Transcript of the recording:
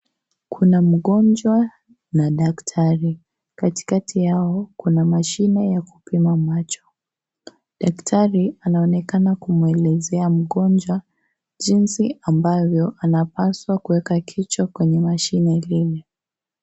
Kuna mgonjwa na daktari katikati yao kuna mashine ya kupima macho, daktari anaonekana kumwelezea mgonjwa jinsi mabavyo anapaswa kuweka kichwa kwenye mashine hili.